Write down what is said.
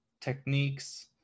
techniques